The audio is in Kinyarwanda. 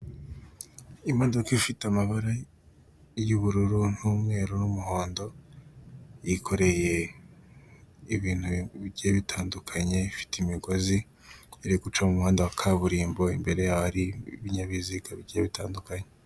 Imodoka ifite amabara y'ubururu n'umweru n'umuhondo, yikoreye ibintu bigiye bitandukanye ifite imigozi iri guca mu muhanda wa kaburimbo ,imbere yaho hari ibinyabiziga bigiye bitandukanye.